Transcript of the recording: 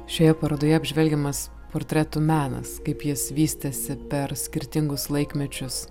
šioje parodoje apžvelgiamas portretų menas kaip jis vystėsi per skirtingus laikmečius